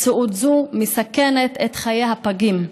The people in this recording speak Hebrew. מציאות זו מסכנת את חיי הפגים,